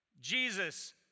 Jesus